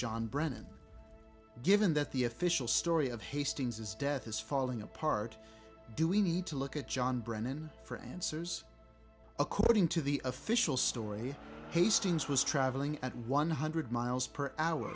john brennan given that the official story of hastings is death is falling apart do we need to look at john brennan for answers according to the official story hastings was travelling at one hundred miles per hour